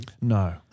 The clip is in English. No